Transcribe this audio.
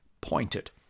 pointed